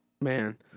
Man